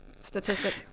statistic